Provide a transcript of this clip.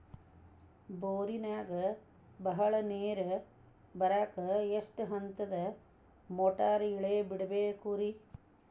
ಬೋರಿನಾಗ ಬಹಳ ನೇರು ಬರಾಕ ಎಷ್ಟು ಹಂತದ ಮೋಟಾರ್ ಇಳೆ ಬಿಡಬೇಕು ರಿ?